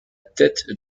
tête